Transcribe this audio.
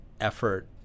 effort